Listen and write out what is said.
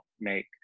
make